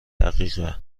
دقیقه